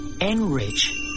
Enrich